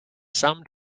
sum